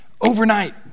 overnight